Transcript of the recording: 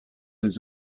des